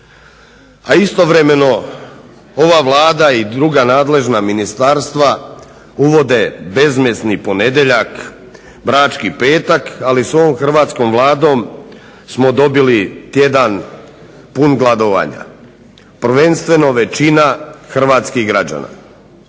a istovremeno ova Vlada i druga nadležna ministarstva uvode bezmesni ponedjeljak, brački petak. Ali s ovom hrvatskom Vladom smo dobili tjedan pun gladovanja, prvenstveno većina hrvatskih građana.